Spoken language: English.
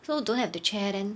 so don't have the chair then